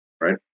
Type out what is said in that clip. right